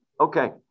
Okay